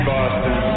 Boston